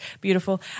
Beautiful